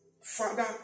Father